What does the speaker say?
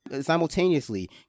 simultaneously